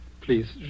please